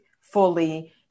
fully